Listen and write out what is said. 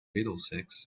middlesex